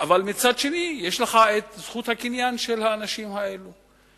אבל מצד שני, יש לך זכות הקניין של האנשים האלה,